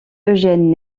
eugène